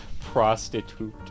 Prostitute